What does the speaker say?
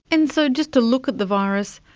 and so just to look at the virus,